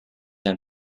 and